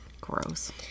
gross